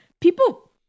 people